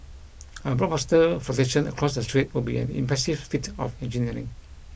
a blockbuster flotation across the strait would be an impressive feat of engineering